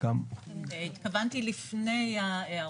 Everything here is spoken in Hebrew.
לדבר לפני ההערות.